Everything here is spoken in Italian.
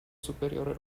superiore